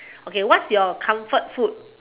okay what's your comfort food